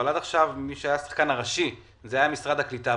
אבל עד עכשיו השחקן הראשי היה משרד הקליטה,